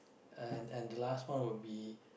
and and the last one would be